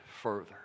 further